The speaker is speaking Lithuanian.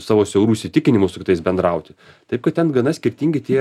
savo siaurų įsitikinimų su kitais bendrauti taip kad ten gana skirtingi tie